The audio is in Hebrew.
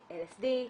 LSD,